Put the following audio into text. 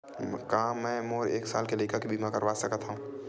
का मै मोर एक साल के लइका के बीमा करवा सकत हव?